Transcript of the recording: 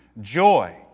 joy